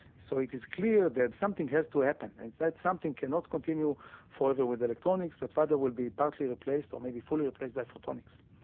so it is clear that something has to happen, and that something cannot continue forever with electronics but rather will be partly replaced or maybe fully replaced by photonics.